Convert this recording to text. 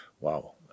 wow